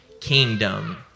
kingdom